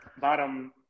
bottom –